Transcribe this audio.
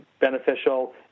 beneficial